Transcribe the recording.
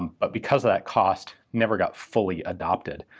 um but because of that cost never got fully adopted,